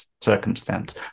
circumstance